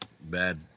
bad